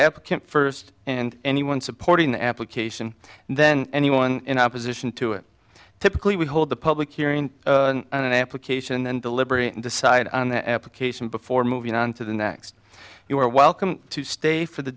applicant first and anyone supporting the application then anyone in opposition to it typically we hold the public hearing an application then deliberate and decide on the application before moving on to the next you are welcome to stay for the